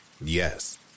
yes